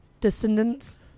Descendants